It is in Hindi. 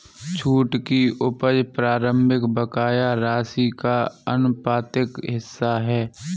छूट की उपज प्रारंभिक बकाया राशि का आनुपातिक हिस्सा है